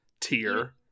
tier